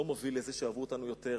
לא מוביל לזה שיאהבו אותנו יותר,